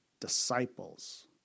disciples